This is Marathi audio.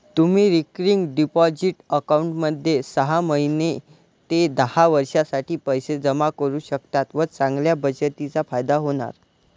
तुम्ही रिकरिंग डिपॉझिट अकाउंटमध्ये सहा महिने ते दहा वर्षांसाठी पैसे जमा करू शकता व चांगल्या बचतीचा फायदा होणार